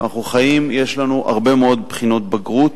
אנחנו חיים, יש לנו הרבה מאוד בחינות בגרות,